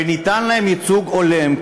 וניתן להם ייצוג הולם.